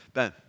Ben